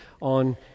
on